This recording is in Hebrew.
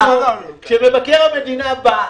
כשמבקר המדינה בא,